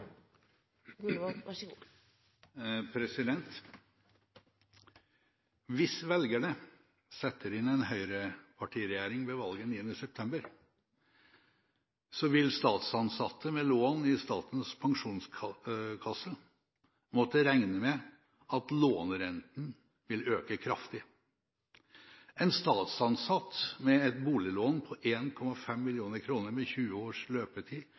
Hvis velgerne setter inn en høyrepartiregjering ved valget 9. september, vil statsansatte med lån i Statens Pensjonskasse måtte regne med at lånerenten vil øke kraftig. En statsansatt med et boliglån på 1,5 mill. kr med 20 års løpetid